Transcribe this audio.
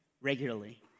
regularly